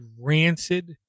rancid